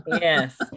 Yes